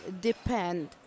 depend